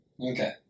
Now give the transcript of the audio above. Okay